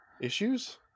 issues